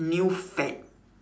new fad